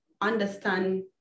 understand